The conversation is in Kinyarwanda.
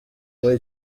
muri